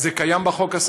הסמכות קיימת בחוק,